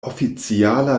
oficiala